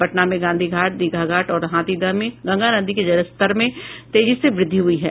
पटना में गांधी घाट दीघा घाट और हाथीदह में गंगा नदी के जलस्तर में तेजी से वृद्धि हई है